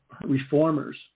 reformers